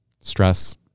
stress